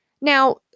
Now